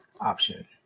option